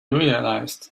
realised